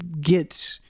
get